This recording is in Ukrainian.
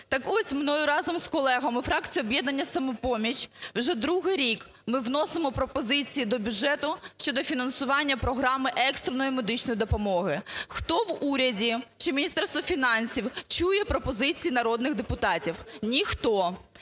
Так ось мною, разом з колегами фракції "Об'єднання "Самопоміч", вже другий рік ми вносимо пропозиції до бюджету щодо фінансування програми "Екстреної медичної допомоги". Хто в уряді чи Міністерство фінансів чує пропозиції народних депутатів? Ніхто.